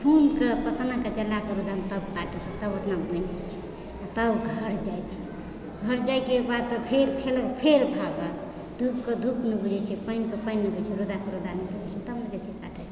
खूनकेँ पसीनाकेँ जरा कऽ एकदम तब अपना तब अपना बोनि होइ छै तब घर जाइ छै घर जाइके बाद तऽ फेर खेलक फेर भागल दुःखकेँ दुःख नहि बुझै छै पानिकेँ पानि नहि बुझै छै रौदाके रौदा नहि बुझै छै तब ने जाइ छै